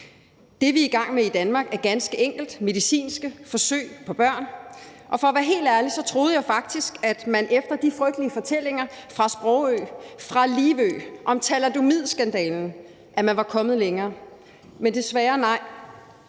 Det, vi er i gang med i Danmark, er ganske enkelt medicinske forsøg på børn, og for at være helt ærlig troede jeg faktisk, at man efter de frygtelige fortællinger fra Sprogø, fra Livø om thalidomidskandalen var kommet længere – men desværre nej.